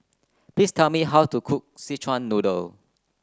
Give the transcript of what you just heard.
please tell me how to cook Szechuan Noodle